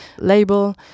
label